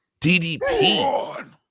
DDP